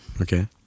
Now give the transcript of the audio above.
Okay